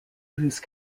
whose